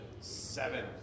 Seven